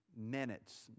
minutes